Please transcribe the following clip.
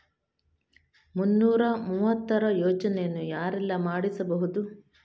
ಮುನ್ನೂರ ಮೂವತ್ತರ ಯೋಜನೆಯನ್ನು ಯಾರೆಲ್ಲ ಮಾಡಿಸಬಹುದು?